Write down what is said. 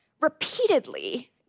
repeatedly